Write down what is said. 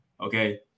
okay